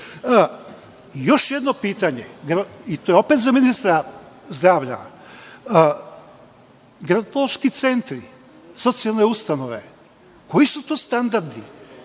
jedno pitanje, opet za ministra zdravlja, gerontološki centri, socijalne ustanove, koji su to standardi,?